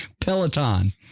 Peloton